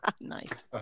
Nice